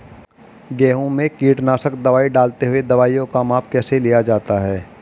गेहूँ में कीटनाशक दवाई डालते हुऐ दवाईयों का माप कैसे लिया जाता है?